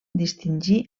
distingir